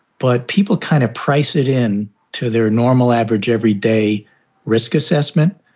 but people kind of price it in to their normal, average everyday risk assessment.